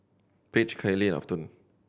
Paige Kayli Afton